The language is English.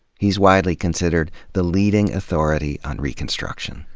he's widely considered the leading authority on reconstruction.